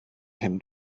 him